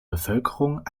bevölkerung